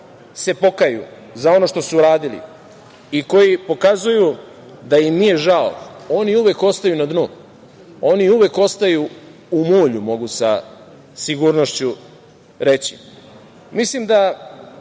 se pokaju za ono što su uradili i koji pokazuju da im nije žao, oni uvek ostaju na dnu. Oni uvek ostaju u mulju, mogu sa sigurnošću reći. Mislim da